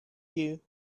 you